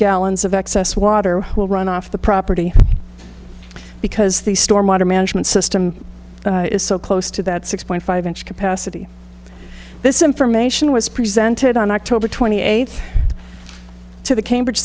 gallons of excess water will run off the property because the storm water management system is so close to that six point five inch capacity this information was presented on october twenty eighth to the cambridge